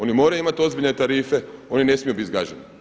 Oni moraju imati ozbiljne tarife, oni ne smiju bit zgaženi.